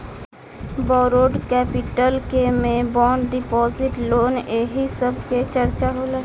borrowed capital के में bond deposit loan एही सब के चर्चा होला